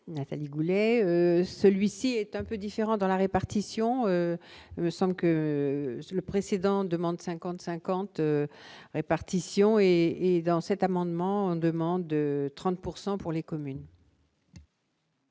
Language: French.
Nathalie Goulet, celui-ci est un peu différent dans la répartition me semble que le précédent demande 50 50 E répartition et dans cet amendement demande 30 pourcent pour les communes.